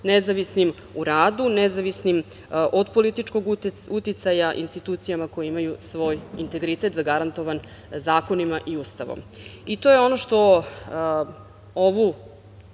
nezavisnim u radu, nezavisnim od političkog uticaja institucijama koje imaju svoj integritet zagarantovan zakonima i Ustavom. To je ono što ovaj